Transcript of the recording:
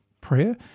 prayer